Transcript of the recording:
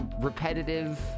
repetitive